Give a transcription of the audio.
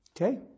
Okay